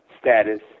status